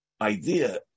idea